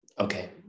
Okay